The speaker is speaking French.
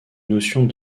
notions